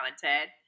talented